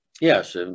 Yes